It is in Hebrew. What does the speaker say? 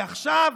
ועכשיו,